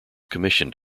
commissioned